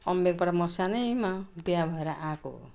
अमब्योकबाट म सानैमा बिहा भएर आएको